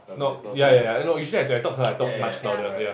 no ya ya ya no usually when I talk to her I talk much louder ya